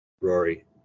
Rory